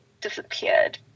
disappeared